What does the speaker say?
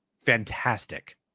fantastic